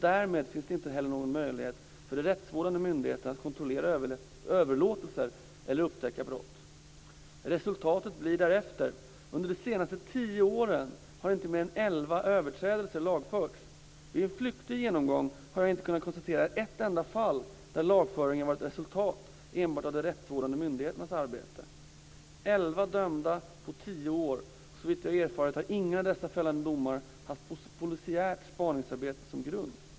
Därmed finns det inte heller någon möjlighet för rättsvårdande myndigheter att kontrollera överlåtelser eller upptäcka brott. Resultatet blir därefter. Under de senaste tio åren har inte mer än elva överträdelser lagförts. Vid en flyktig genomgång har jag inte kunnat konstatera ett enda fall där lagföringen varit ett resultat enbart av de rättsvårdande myndigheternas arbete. Elva dömda på tio år, och såvitt jag har erfarit har ingen av dessa fällande domar haft polisiärt spaningsarbete som grund.